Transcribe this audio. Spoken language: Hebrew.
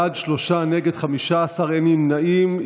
בעד, שלושה, נגד, 15, אין נמנעים.